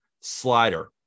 Slider